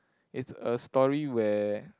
it's a story where